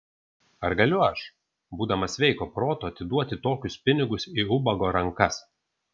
ar galiu aš būdamas sveiko proto atiduoti tokius pinigus į ubago rankas